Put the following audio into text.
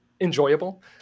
enjoyable